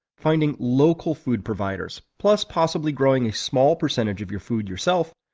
finding local food providers, plus possibly growing a small percentage of your food yourself,